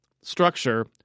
structure